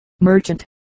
merchant